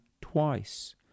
twice